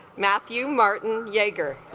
matthew martin yeager